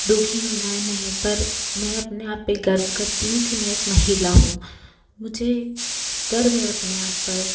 दुःखी होना नहीं पर मैं अपने आप पर गर्व करती हूँ कि मैं एक महिला हूँ मुझे गर्व है अपने आप पर